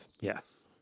Yes